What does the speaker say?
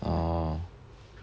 orh